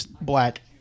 black